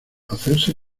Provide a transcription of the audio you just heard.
hacerse